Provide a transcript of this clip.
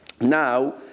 Now